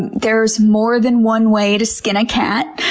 there's more than one way to skin a cat.